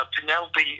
Penelope